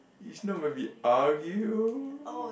is not maybe argue